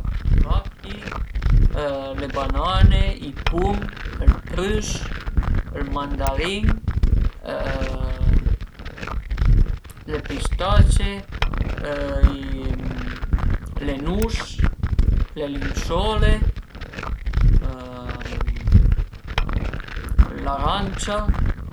Cachi, le banane, i pum, ël prüs, ël mandarìn, le pistacie le nus, le linsole, l'arancia e bon